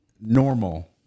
normal